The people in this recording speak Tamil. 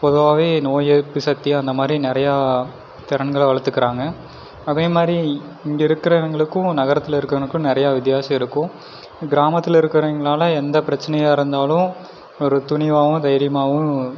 பொதுவாகவே நோய் எதிர்ப்புசக்தி அந்த மாரி நிறையா திறன்களை வளர்த்துக்குறாங்க அதே மாரி இங்கே இருக்குறவங்களுக்கும் நகரத்தில் இருக்கிறவனுக்கும் நிறையா வித்தியாசம் இருக்கும் கிராமத்தில் இருக்கிறவிங்களால எந்த பிரச்சனையாக இருந்தாலும் ஒரு துணிவாகவும் தைரியமாகவும்